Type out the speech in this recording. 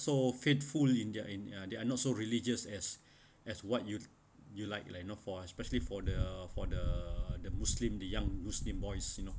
so faithful in their in their not so religious as as what you you like like you know for especially for the for the the muslim the young muslim boys you know